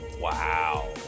wow